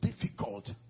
difficult